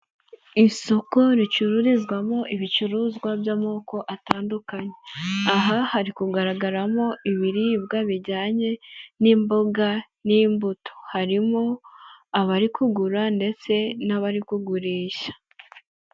Isoko ricururizwamo ibicuruzwa by'amoko atandukanye, aha hari kugaragaramo ibiribwa bijyanye n'imboga, n'imbuto, harimo abari kugura, ndetse n'abari kugurisha.